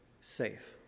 safe